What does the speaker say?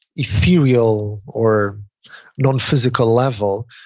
ethereal or non-physical level.